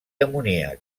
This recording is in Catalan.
amoníac